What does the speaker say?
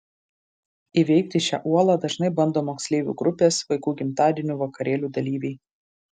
įveikti šią uolą dažnai bando moksleivių grupės vaikų gimtadienių vakarėlių dalyviai